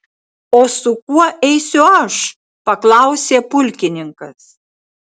o su kuo eisiu aš paklausė pulkininkas